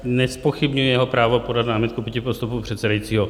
Nezpochybňuji jeho právo podat námitku proti postupu předsedajícího.